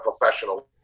professional